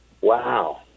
Wow